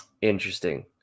Interesting